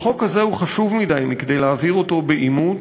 אבל חוק כזה הוא חשוב מכדי להעביר אותו בעימות,